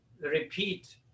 repeat